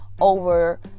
over